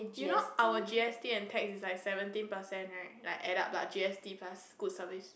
you know our G_S_T and tax is like seventeen percent right like add up lah G_S_T plus good service